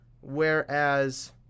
Whereas